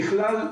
ככלל,